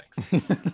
Thanks